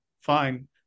fine